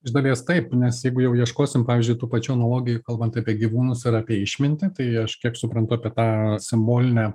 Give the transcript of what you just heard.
iš dalies taip nes jeigu jau ieškosim pavyzdžiui tų pačių analogijų kalbant apie gyvūnus ar apie išmintį tai aš kiek suprantu apie tą simbolinę